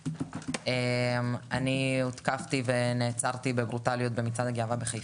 אני הותקפתי ונעצרתי בברוטליות במצעד הגאווה בחיפה.